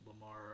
Lamar